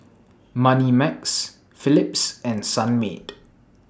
Moneymax Philips and Sunmaid